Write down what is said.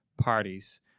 parties